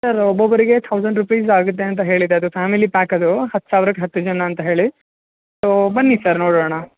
sir ಒಬ್ಬೊಬ್ಬರಿಗೆ thousand rupees ಆಗುತ್ತೆ ಅಂತ ಹೇಳಿದ್ದು ಅದು ಫ್ಯಾಮಿಲಿ ಪ್ಯಾಕ್ ಅದು ಹತ್ತು ಸಾವ್ರ್ಕೆ ಹತ್ತು ಜನ ಅಂತ ಹೇಳಿ ಸೋ ಬನ್ನಿ ಸರ್ ನೋಡೋಣ